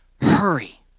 hurry